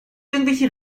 irgendwelche